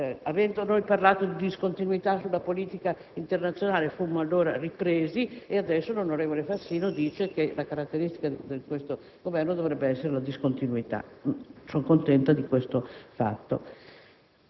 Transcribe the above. quando noi parlammo di discontinuità sulla politica internazionale fummo ripresi, ora l'onorevole Fassino afferma che la caratteristica di questo Governo dovrebbe essere proprio la discontinuità. Sono contenta di questa